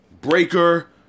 Breaker